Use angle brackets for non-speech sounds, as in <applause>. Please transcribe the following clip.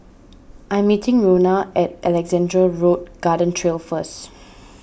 I'm meeting Rhona at Alexandra Road Garden Trail first <noise>